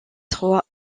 trois